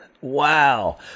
Wow